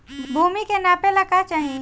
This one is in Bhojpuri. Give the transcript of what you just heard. भूमि के नापेला का चाही?